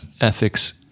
ethics